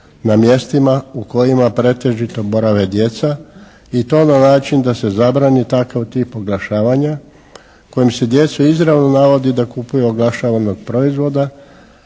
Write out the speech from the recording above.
na mjestima u kojima pretežito borave djeca i to na način da se zabrani takav tip oglašavanja kojom se djecu izravno navodi da kupuje i oglašava jednog proizvoda